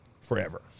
forever